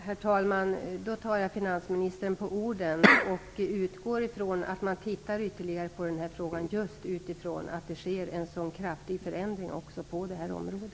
Herr talman! Jag tar finansministern på orden och utgår från att man kommer att titta ytterligare på den här frågan just med tanke på att det sker en sådan kraftig förändring på det här området.